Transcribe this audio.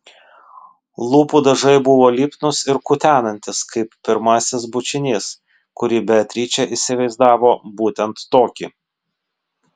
lūpų dažai buvo lipnūs ir kutenantys kaip pirmasis bučinys kurį beatričė įsivaizdavo būtent tokį